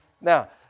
Now